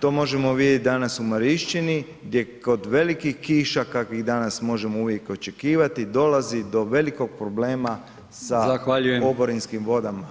To možemo vidjeti danas u Marišćini gdje kod velikih kiša kakvih danas možemo uvijek očekivati dolazi do velikog problema sa oborinskim vodama